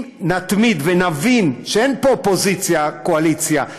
אם נתמיד ונבין שאין פה אופוזיציה קואליציה,